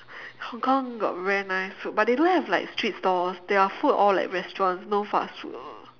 hong-kong got very nice food but they don't have like street stalls their food all like restaurants no fast food